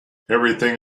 everything